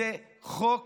זה חוק